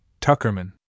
Tuckerman